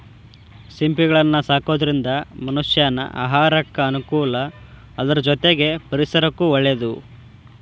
ಸಿಂಪಿಗಳನ್ನ ಸಾಕೋದ್ರಿಂದ ಮನಷ್ಯಾನ ಆಹಾರಕ್ಕ ಅನುಕೂಲ ಅದ್ರ ಜೊತೆಗೆ ಪರಿಸರಕ್ಕೂ ಒಳ್ಳೇದು